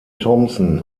thompson